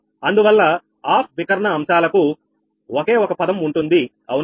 అందువల్ల ఆఫ్ వికర్ణ అంశాలకు ఒకే ఒక్క పదం ఉంటుంది అవునా